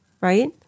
right